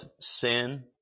sin